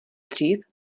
dřív